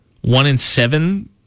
One-in-seven